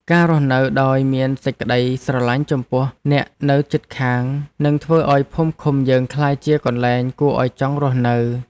ការរស់នៅដោយមានសេចក្តីស្រឡាញ់ចំពោះអ្នកនៅជិតខាងនឹងធ្វើឱ្យភូមិឃុំយើងក្លាយជាកន្លែងគួរឱ្យចង់រស់នៅ។